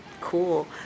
Cool